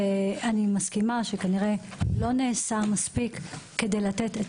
אני מסכימה שכנראה לא נעשה מספיק כדי לתת את